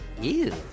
Ew